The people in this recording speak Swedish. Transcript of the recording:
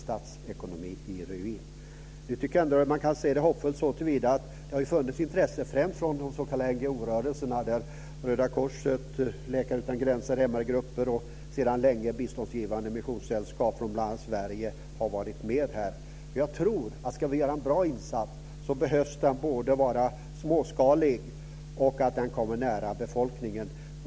Statsekonomin är i ruiner. Man kan så till vida ändå se hoppfullt på läget att det funnits intresse för insatser främst från s.k. grupper och sedan länge biståndsgivande missionssällskap. Här har bl.a. Sverige varit med. Jag tror att en bra insats bör vara småskalig och bör genomföras nära befolkningen.